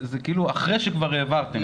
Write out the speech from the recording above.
זה כאילו אחרי שכבר העברתם,